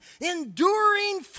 enduring